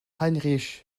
heinrich